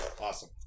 Awesome